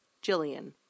Jillian